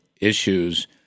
issues